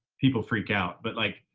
people freak out. but like,